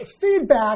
feedback